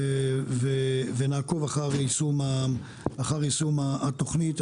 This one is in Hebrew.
ונעקוב אחר יישום התוכנית.